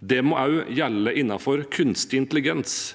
Det må også gjelde innenfor kunstig intelligens.